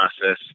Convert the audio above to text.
process